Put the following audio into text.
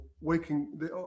waking